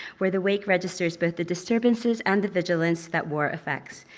where the wake registers both the disturbances and the vigilance that war affects.